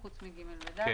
"(ה)